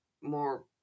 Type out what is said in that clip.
more